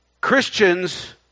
Christians